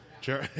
sure